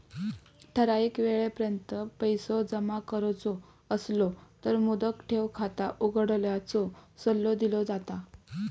ठराइक येळेपर्यंत पैसो जमा करुचो असलो तर मुदत ठेव खाता उघडण्याचो सल्लो दिलो जाता